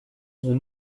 sont